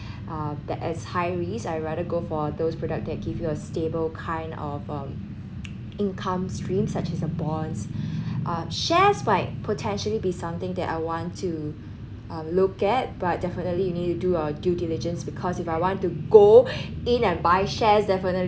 uh that as high risk I rather go for those product that give you a stable kind of um income streams such as a bonds uh shares might potentially be something that I want to uh look at but definitely you need to do our due diligence because if I want to go in and buy shares definitely